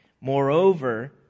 Moreover